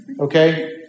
okay